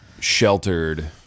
sheltered